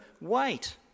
wait